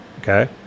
okay